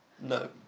no